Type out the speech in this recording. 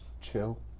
chill